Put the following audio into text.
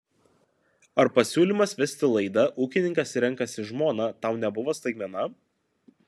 ar pasiūlymas vesti laidą ūkininkas renkasi žmoną tau nebuvo staigmena